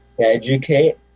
educate